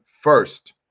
first